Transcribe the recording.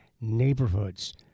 neighborhoods